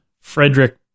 Frederick